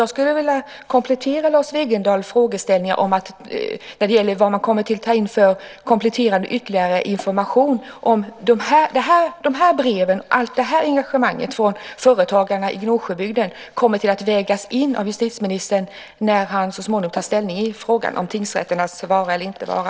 Jag skulle vilja komplettera Lars Wegendals frågeställning när det gäller vilken ytterligare information som kommer att tas in. Kommer de här breven och allt det här engagemanget från företagarna i Gnosjöbygden att vägas in av justitieministern när han så småningom tar ställning i frågan om tingsrätternas vara eller inte vara?